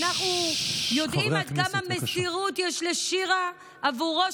ואנחנו יודעים עד כמה מסירות יש לשירה עבורו,